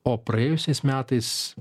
o praėjusiais metais